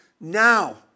now